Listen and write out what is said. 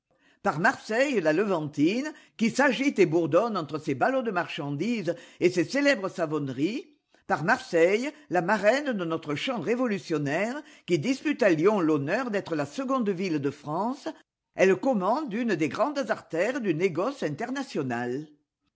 par xmarseille la levantine qui s'agite et bourdonne entre ses ballots de marchandises et ses célèbres savonneries par marseille la marraine de notre chant révolutionnaire qui dispvite à lyon l'honneur d'être la seconde ville de france elle commande une des grandes artères du négoce international